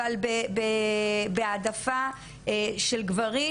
אבל בהעדפה של גברים